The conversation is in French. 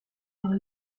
par